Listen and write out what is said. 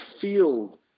field